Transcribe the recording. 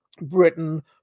Britain